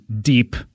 deep